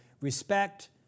respect